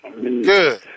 Good